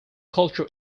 culture